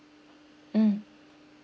mm